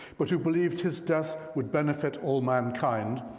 but who believed his death would benefit all mankind,